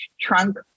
trunk